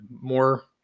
more